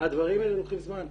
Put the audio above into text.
הדברים האלה לוקחים זמן.